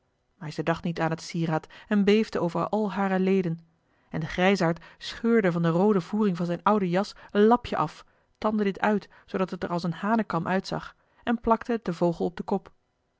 maar zij dacht niet aan het sieraad en beefde over al hare leden en de grijsaard scheurde van de roode voering van zijn oude jas een lapje af tandde dit uit zoodat het er als eene hanekam uitzag en plakte het den vogel op den kop